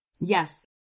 Yes